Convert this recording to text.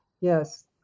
yes